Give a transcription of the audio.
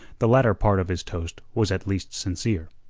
the latter part of his toast was at least sincere.